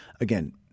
again